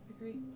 agree